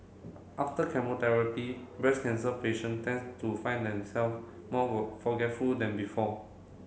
after chemotherapy breast cancer patient tends to find them self more forgetful than before